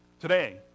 today